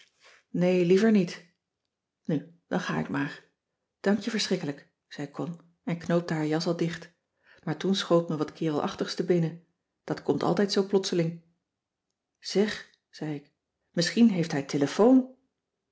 nee liever niet nu dan ga ik maar dank je verschrikkelijk zei con en knoopte haar jas al dicht maar toen schoot me wat kerelachtigs te binnen dat komt altijd zoo plotseling zeg zei ik misschien heeft hij telefoon